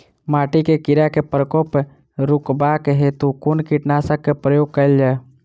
माटि मे कीड़ा केँ प्रकोप रुकबाक हेतु कुन कीटनासक केँ प्रयोग कैल जाय?